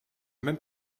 même